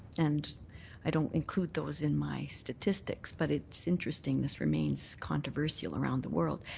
and i don't include those in my statistics. but it's interesting this remains controversial around the world.